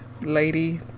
lady